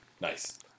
Nice